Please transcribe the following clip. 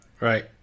Right